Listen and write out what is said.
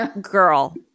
girl